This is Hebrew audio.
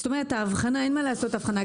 אין מה לעשות הבחנה.